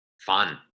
fun